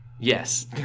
Yes